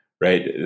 right